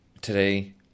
today